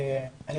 שלום.